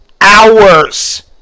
HOURS